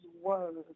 words